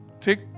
take